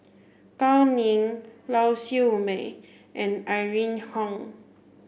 Gao Ning Lau Siew Mei and Irene Khong